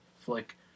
flick